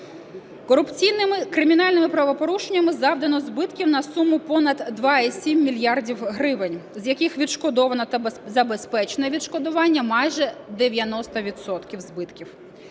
Корупційними кримінальними правопорушеннями завдано збитків на суму понад 2,7 мільярда гривень, з яких відшкодовано та забезпечено відшкодування майже 90 відсотків